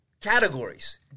categories